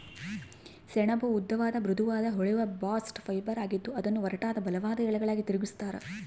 ಸೆಣಬು ಉದ್ದವಾದ ಮೃದುವಾದ ಹೊಳೆಯುವ ಬಾಸ್ಟ್ ಫೈಬರ್ ಆಗಿದ್ದು ಅದನ್ನು ಒರಟಾದ ಬಲವಾದ ಎಳೆಗಳಾಗಿ ತಿರುಗಿಸ್ತರ